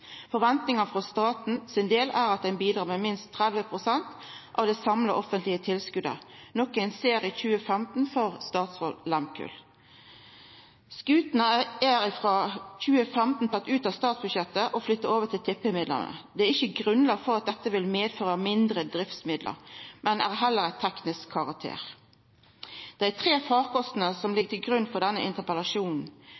frå staten er at ein bidrar med minst 30 pst. av det samla offentlege tilskotet, noko ein ser i 2015 for «Statsraad Lehmkuhl». Tilskot til skutene er frå 2015 tatt ut av statsbudsjettet og flytta over til tippemidlane. Det er ikkje grunnlag for å tru at dette vil medføra mindre i driftsmidlar, men at det heller er av teknisk karakter. Dei tre farkostane som